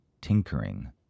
tinkering